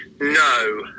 No